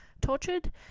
tortured